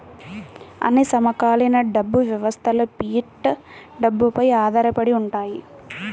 అన్ని సమకాలీన డబ్బు వ్యవస్థలుఫియట్ డబ్బుపై ఆధారపడి ఉంటాయి